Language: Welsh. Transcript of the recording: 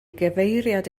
gyfeiriad